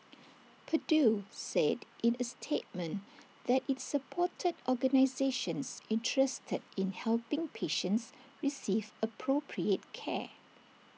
purdue said in A statement that IT supported organisations interested in helping patients receive appropriate care